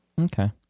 Okay